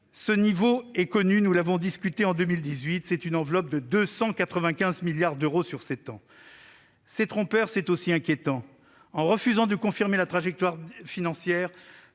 crédits est connu, nous l'avons discuté en 2018 : c'est une enveloppe globale de 295 milliards d'euros sur sept ans. C'est aussi inquiétant : en refusant de confirmer la trajectoire financière,